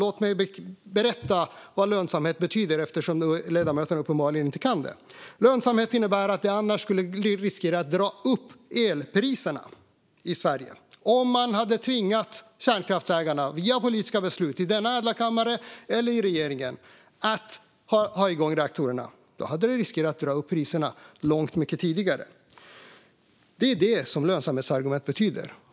Låt mig berätta vad lönsamhet betyder eftersom ledamöterna uppenbarligen inte kan det. Lönsamhet innebär att man skulle ha riskerat att dra upp elpriserna i Sverige om man via politiska beslut i denna ädla kammare eller i regeringen hade tvingat kärnkraftsägarna att hålla igång reaktorerna. Då hade man riskerat att dra upp priserna långt mycket tidigare. Det är det som lönsamhetsargumentet betyder.